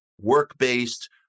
work-based